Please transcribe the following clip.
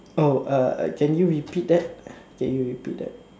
oh uh can you repeat that can you repeat that